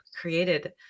created